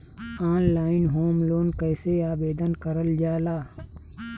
Online home loan कैसे आवेदन करल जा ला?